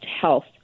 health